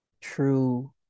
true